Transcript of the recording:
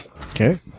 Okay